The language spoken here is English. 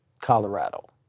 Colorado